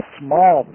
small